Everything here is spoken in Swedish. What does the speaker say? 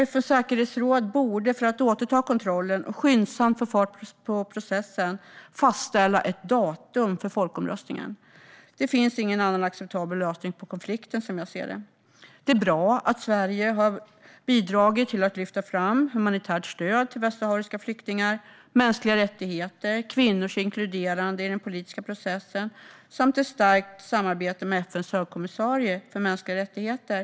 FN:s säkerhetsråd borde för att återta kontrollen skyndsamt få fart på processen och fastställa ett datum för folkomröstningen. Det finns ingen annan acceptabel lösning på konflikten, som jag ser det. Det är bra att Sverige har bidragit till att lyfta fram humanitärt stöd till västsahariska flyktingar, mänskliga rättigheter, kvinnors inkluderande i den politiska processen och till att stärka samarbetet med FN:s högkommissarie för mänskliga rättigheter.